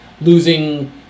losing